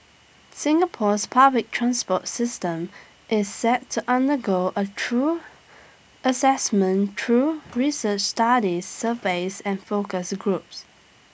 Singapore's public transport system is set to undergo A thorough Assessment through research studies surveys and focus groups